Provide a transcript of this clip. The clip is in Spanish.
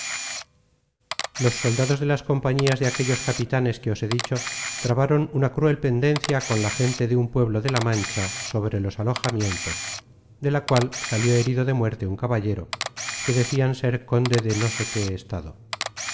los soldados de las compañías de aquellos capitanes que os he dicho trabaron una cruel pendencia con la gente de un pueblo de la mancha sobre los alojamientos de la cual salió herido de muerte un caballero que decian ser conde de no sé qué estado